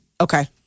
Okay